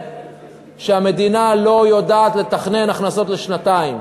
שהמדינה לא יודעת לתכנן הכנסות לשנתיים.